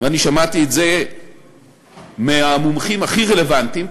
ואני שמעתי את זה מהמומחים הכי רלוונטיים,